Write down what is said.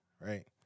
right